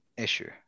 issue